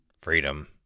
freedom